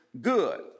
good